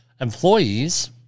employees